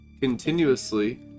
continuously